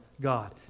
God